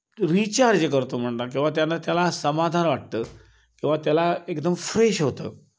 recharge करतो म्हणता किंवा त्यांना त्याला समाधान वाटतं किंवा त्याला एकदम फ्रेश होतं